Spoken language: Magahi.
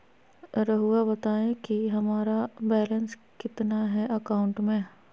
रहुआ बताएं कि हमारा बैलेंस कितना है अकाउंट में?